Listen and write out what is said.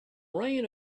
reign